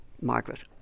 Margaret